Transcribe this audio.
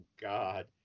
God